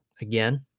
again